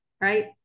right